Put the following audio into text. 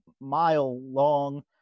mile-long